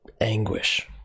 anguish